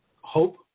hope